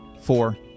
four